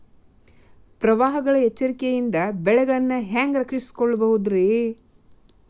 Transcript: ಪ್ರವಾಹಗಳ ಎಚ್ಚರಿಕೆಯಿಂದ ಬೆಳೆಗಳನ್ನ ಹ್ಯಾಂಗ ರಕ್ಷಿಸಿಕೊಳ್ಳಬಹುದುರೇ?